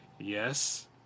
Yes